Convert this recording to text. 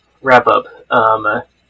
wrap-up